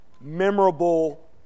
memorable